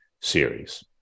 series